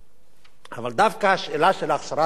אבל דווקא השאלה של הכשרת המאחזים,